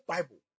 Bible